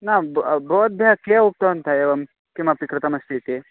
नाम ब बोधव्यः के उक्तवन्तः एवं किमपि कृतम् अस्ति इति